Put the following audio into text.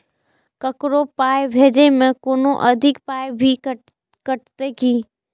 ककरो पाय भेजै मे कोनो अधिक पाय भी कटतै की?